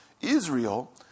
israel